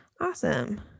Awesome